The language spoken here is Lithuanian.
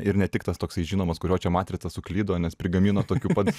ir ne tik tas toksai žinomas kurio čia matrica suklydo nes prigamino tokių pat